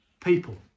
people